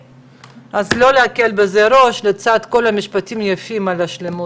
תפסיקו לזלזל ותפסיקו לאיים עליי עם רשימות